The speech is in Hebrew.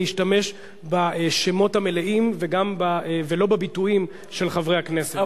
ביקשנו להשתמש בשמות המלאים ולא בביטויים של חברי הכנסת.